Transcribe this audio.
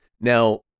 now